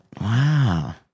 Wow